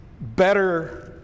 better